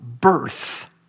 birth